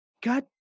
God